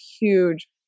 huge